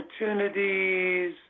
opportunities